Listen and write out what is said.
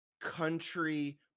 country